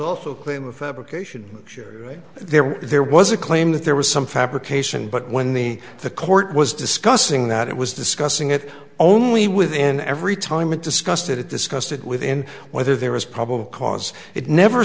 also claim of fabrication sure there there was a claim that there was some fabrication but when the the court was discussing that it was discussing it only within every time it discussed it discussed it within whether there was probable cause it never